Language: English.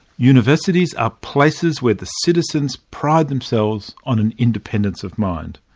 universities are places where the citizens pride themselves on an independence of mind.